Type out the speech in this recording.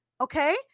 Okay